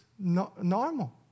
Normal